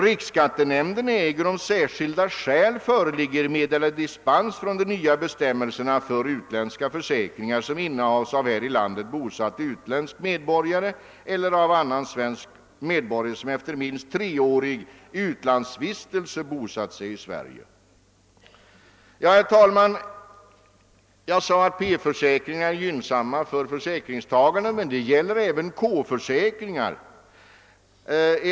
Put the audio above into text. Riksskattenämnden äger — om särskilda skäl föreligger — meddela dispens från de nya bestämmelserna för utländska försäkringar, som innehas av här i landet bosatt utländsk medborgare eller av svensk medborgare som efter minst treårig utlandsvistelse bosatt sig i Sverige. Jag sade att P-försäkringarna är gynnsamma för försäkringstagaren, men detta gäller även K-försäkringar.